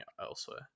elsewhere